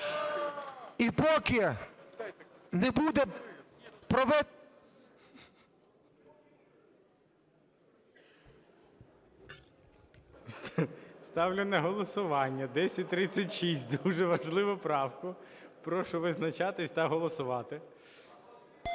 І поки не буде… ГОЛОВУЮЧИЙ. Ставлю на голосування 1036, дуже важливу правку. Прошу визначатись та голосувати.